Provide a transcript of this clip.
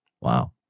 wow